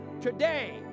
today